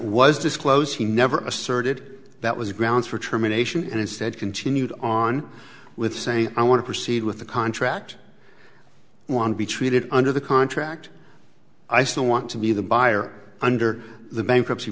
was disclosed he never asserted that was grounds for termination and instead continued on with saying i want to proceed with the contract want to be treated under the contract i still want to be the buyer under the bankruptcy